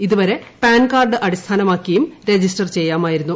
ഇതുവരെ പാൻകാർഡ് അടിസ്ഥാർമാർക്കിയു ംരജിസ്റ്റർ ചെയ്യാമായിരുന്നു